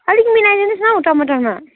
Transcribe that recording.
अलिक मिलाई दिनु होस् न हौ टमाटरमा